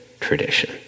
Tradition